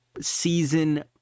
season